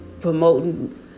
promoting